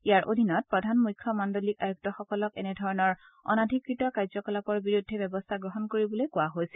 ইয়াৰ অধীনত প্ৰধান মুখ্য মাণ্ডলিক আয়ুক্তসকলক এনে ধৰণৰ অনাধিকৃত কাৰ্য্য কলাপৰ বিৰুদ্ধে ব্যৱস্থা গ্ৰহণ কৰিবলৈ কোৱা হৈছিল